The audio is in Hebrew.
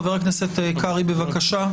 חבר הכנסת קרעי בבקשה.